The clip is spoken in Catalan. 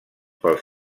pels